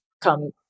come